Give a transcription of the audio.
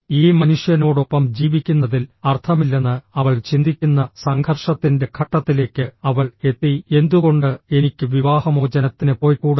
ഈ മനുഷ്യനോടൊപ്പം ജീവിക്കുന്നതിൽ അർത്ഥമില്ലെന്ന് അവൾ ചിന്തിക്കുന്ന സംഘർഷത്തിന്റെ ഘട്ടത്തിലേക്ക് അവൾ എത്തി എന്തുകൊണ്ട് എനിക്ക് വിവാഹമോചനത്തിന് പോയ്ക്കൂടാ